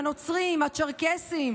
הנוצרים והצ'רקסים?